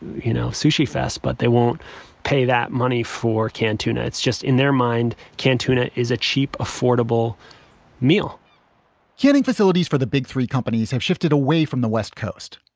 you know, sushi fest, but they won't pay that money for canned tuna. it's just in their mind, canned tuna is a cheap, affordable meal canning facilities for the big three companies have shifted away from the west coast.